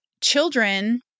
children